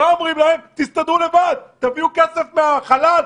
אומרים להם: תסתדרו לבד, תביאו כסף מהחלל.